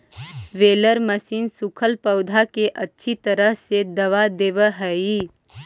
baler machine सूखल पौधा के अच्छी तरह से दबा देवऽ हई